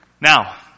Now